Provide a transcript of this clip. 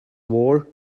war